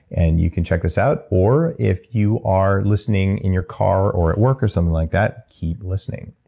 and you can check us out or if you are listening in your car or at work or something like that, keep listening.